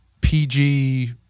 PG